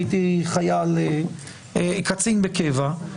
הייתי היה קצין בקבע,